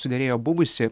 suderėjo buvusi